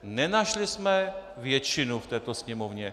Nenašli jsme většinu v této Sněmovně.